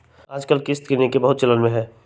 याजकाल किस्त किनेके बहुते चलन में हइ